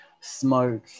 smoke